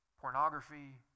pornography